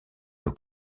peu